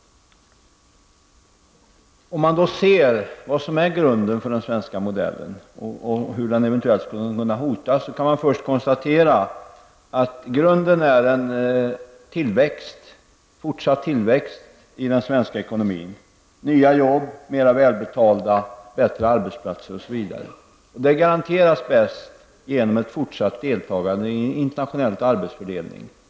Om man ser på vad som är grunden för den svenska modellen och hur den eventuellt skulle kunna hotas kan man först konstatera att grunden är en fortsatt tillväxt i den svenska ekonomin: nya jobb, mer välbetalda jobb, bättre arbetsplatser osv. Det garanteras bäst genom ett fortsatt deltagande i internationell arbetsfördelning.